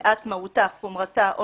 שמפאת מהותה, חומרתה או